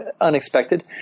unexpected